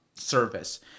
Service